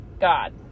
God